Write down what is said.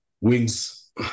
wins